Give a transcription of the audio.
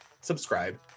subscribe